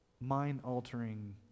mind-altering